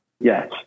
Yes